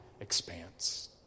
expanse